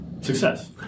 Success